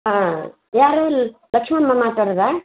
ಹಾಂ ಯಾರು ಲಕ್ಷ್ಮಮ್ಮ ಮಾತಾಡೋದ